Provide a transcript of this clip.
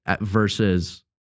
versus